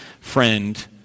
friend